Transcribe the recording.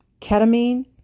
ketamine